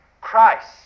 Christ